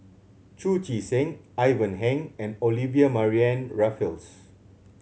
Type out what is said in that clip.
Chu Chee Seng Ivan Heng and Olivia Mariamne Raffles